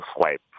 swipe